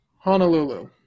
Honolulu